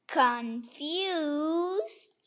confused